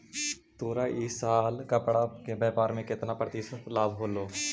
तोरा इ साल कपड़ा के व्यापार में केतना प्रतिशत लाभ होलो?